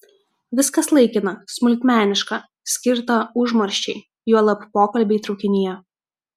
viskas laikina smulkmeniška skirta užmarščiai juolab pokalbiai traukinyje